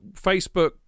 Facebook